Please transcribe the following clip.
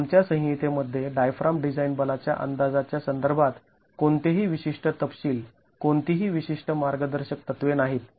आमच्या संहितेमध्ये diaphragm design बलाच्या अंदाजाच्या संदर्भात कोणतेही विशिष्ट तपशील कोणतीही विशिष्ट मार्गदर्शक तत्त्वे नाहीत